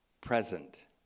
present